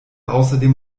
außerdem